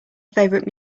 favorite